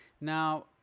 Now